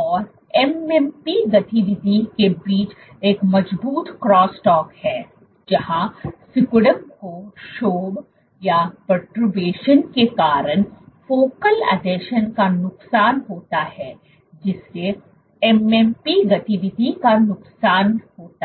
और MMP गतिविधि के बीच एक मजबूत क्रॉस टॉक है जहां सिकुड़न के क्षोभ के कारण फोकल आसंजन का नुकसान होता है जिससे MMP गतिविधि का नुकसान होता है